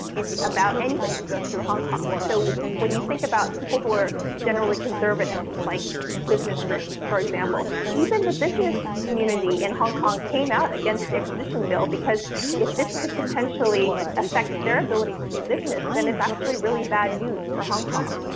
it's about anybody who goes through hong kong. so when you think about people who are generally conservative, like business groups, for example, even the business community in hong kong came out against the extradition bill, because if this could potentially affect their ability to do business, then it's actually really bad news for hong kong.